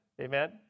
Amen